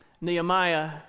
Nehemiah